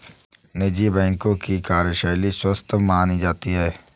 निजी बैंकों की कार्यशैली स्वस्थ मानी जाती है